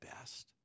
best